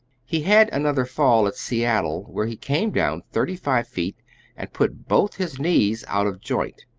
he had another fall at seattle, where he came down thirty-five feet and put both his knees out of joint,